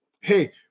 hey